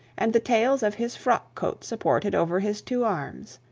and the tails of his frock coat supported over his two arms.